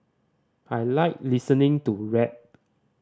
I like listening to rap